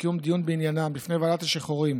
לקיום דיון בעניינם בפני ועדת השחרורים